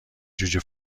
جوجه